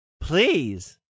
Please